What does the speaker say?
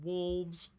Wolves